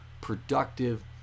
productive